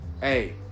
hey